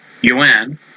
yuan